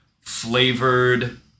flavored